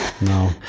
No